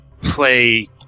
play